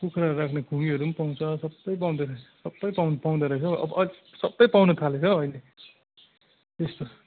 कुखुराहरू राख्ने खुङीहरू पनि पाउँछ सबै पाउँदो रहेछ सबै पाउँदो पाउँदो रहेछ हौ अब अहिले सबै पाउनुथालेछ हौ अहिले यस्तो